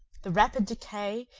the rapid decay,